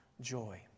joy